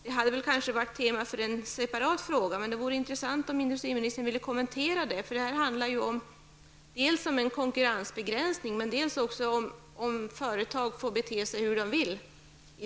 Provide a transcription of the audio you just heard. Det hade kanske varit ett tema för en separat fråga, men det vore intressant om industriministern ville kommentera detta. Det handlar ju om en konkurrensbegränsning, men frågan är också om företag får bete sig hur de vill i